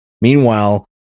Meanwhile